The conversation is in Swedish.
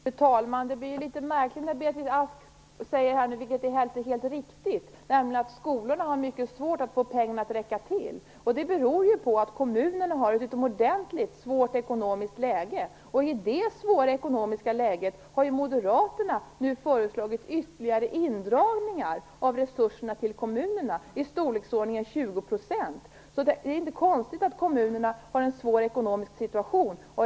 Fru talman! Det blir litet märkligt när Beatrice Ask säger att skolorna har mycket svårt att få pengarna att räcka till, något som är helt riktigt. Detta beror ju på att kommunerna har ett utomordentligt svårt ekonomiskt läge, och i det svåra ekonomiska läget har Moderaterna föreslagit ytterligare indragningar av resurserna till kommunerna, indragningar i storleksordningen 20 %. Det är inte konstigt att kommunerna har en svår ekonomisk situation.